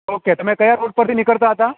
okay તમે કયા road પરથી નીકળતા હતા